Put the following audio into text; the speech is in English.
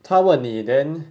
他问你 then